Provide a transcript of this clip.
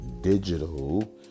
digital